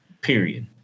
period